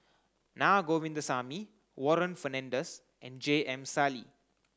Na Govindasamy Warren Fernandez and J M Sali